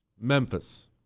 Memphis